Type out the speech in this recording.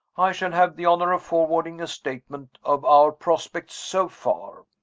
i shall have the honor of forwarding a statement of our prospects so far.